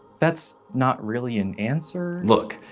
that's not really an answer look,